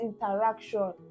interaction